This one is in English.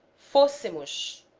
falassemos